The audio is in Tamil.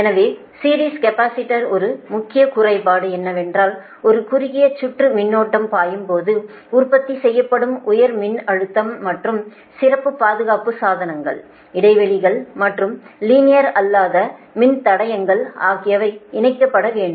எனவே சீரிஸ் கேபஸிடர்ஸின் ஒரு முக்கிய குறைபாடு என்னவென்றால் ஒரு குறுகிய சுற்று மின்னோட்டம் பாயும் போது உற்பத்தி செய்யப்படும் உயர் மின்னழுத்தம் மற்றும் சிறப்புப் பாதுகாப்பு சாதனங்கள் இடைவெளிகள் மற்றும் லீனியர் அல்லாத மின்தடையங்கள் ஆகியவை இணைக்கப்பட வேண்டும்